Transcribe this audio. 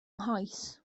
nghoes